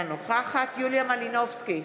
אינה נוכחת יוליה מלינובסקי,